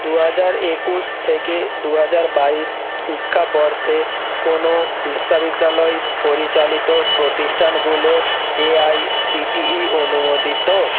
দু হাজার একুশ থেকে দু হাজার বাইশ শিক্ষাবর্ষের কোনো বিশ্বাবিদ্যালয় পরিচালিত প্রতিষ্ঠানগুলোর এআইসিটিই অনুমোদিত